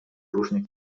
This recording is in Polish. różnych